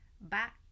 back